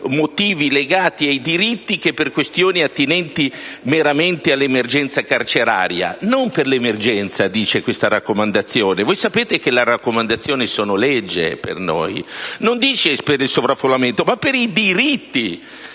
motivi legati ai diritti che per questioni attinenti meramente all'emergenza carceraria: non per l'emergenza, dice questa raccomandazione (e voi sapete che le raccomandazioni sono legge per noi), non per il sovraffollamento, ma per i diritti